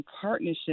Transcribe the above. partnership